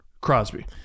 Crosby